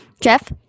Jeff